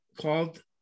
called